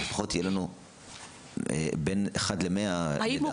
אבל לפחות יהיה לנו בין 1 ל-100 --- האם